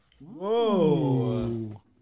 Whoa